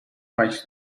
faz